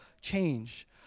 change